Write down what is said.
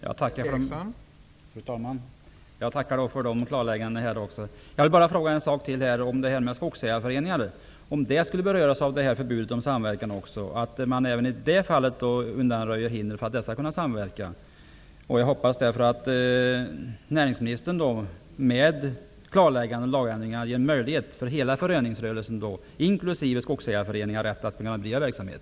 Fru talman! Jag tackar för de klarläggandena. Jag vill bara fråga en sak till. Berörs även skogsägarföreningar av förbudet mot samverkan? Kommer man i så fall att även i det fallet undanröja hindren för att skogsägarna skall kunna samverka? Jag hoppas att näringsministern genom klarlägganden och lagändringar ger hela föreningsrörelsen inklusive skogsägarföreningarna rätt att bedriva sin verksamhet.